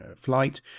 flight